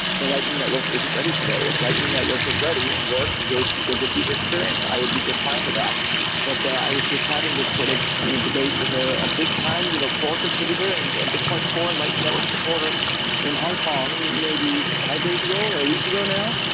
the lightning network isn't ready today. if lightning network was ready and worked and gave people a good user experience, i would be just fine with that but i was just having this sort of you know debate with ah a big time you know core contributor and and bitcoin core and lightning network supporter in hong kong maybe five days ago, or a week ago now.